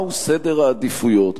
מה הוא סדר העדיפויות?